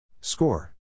Score